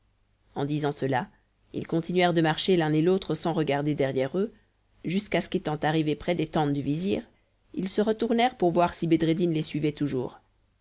en disant cela ils continuèrent de marcher l'un et l'autre sans regarder derrière eux jusqu'à ce qu'étant arrivés près des tentes du vizir ils se retournèrent pour voir si bedreddin les suivait toujours